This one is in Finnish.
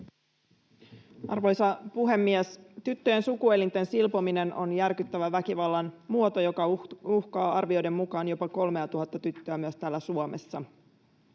Arvoisa puhemies! Tyttöjen sukuelinten silpominen on järkyttävä väkivallan muoto, joka uhkaa arvioiden mukaan jopa 3 000:ta tyttöä täällä Suomessa.